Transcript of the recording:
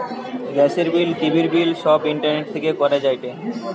গ্যাসের বিল, টিভির বিল সব ইন্টারনেট থেকে করা যায়টে